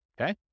okay